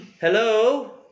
Hello